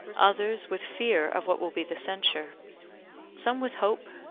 others with fear of what will be the censure some with hope,